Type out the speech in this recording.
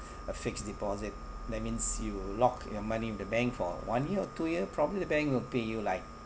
a fixed deposit that means you lock your money in the bank for one year or two year probably the bank will pay you like